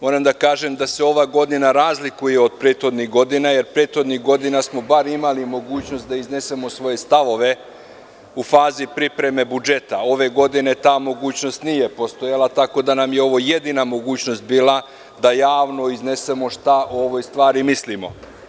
Moram da kažem da se ova godina razlikuje od prethodnih godina, jer prethodnih godina smo imali mogućnost da iznesemo svoje stavove u fazi pripreme budžeta, a ove godine ta mogućnost nije postojala, tako da nam je ovo jedina mogućnost da javno iznesemo šta o ovoj stvari mislimo.